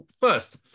first